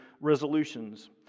resolutions